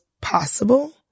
possible